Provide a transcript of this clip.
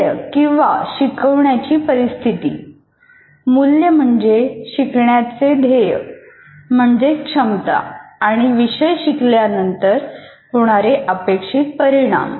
मूल्य किंवा शिकवण्याची परिस्थिती मूल्य म्हणजे शिकण्याचे ध्येय म्हणजेच क्षमता आणि विषय शिकल्यानंतर होणारे अपेक्षित परिणाम